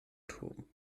turm